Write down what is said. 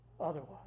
Otherwise